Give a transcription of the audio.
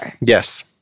Yes